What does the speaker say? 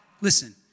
listen